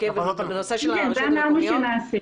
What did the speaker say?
את זה אמרנו שנעשה.